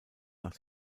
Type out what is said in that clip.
nach